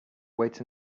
wait